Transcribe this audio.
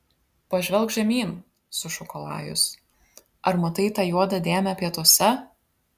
pažvelk žemyn sušuko lajus ar matai tą juodą dėmę pietuose